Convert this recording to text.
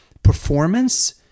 performance